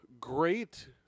Great